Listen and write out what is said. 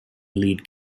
lead